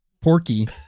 Porky